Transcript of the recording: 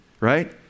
right